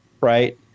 right –